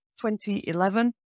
2011